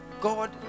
God